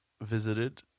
visited